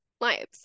lives